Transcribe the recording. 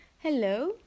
Hello